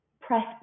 press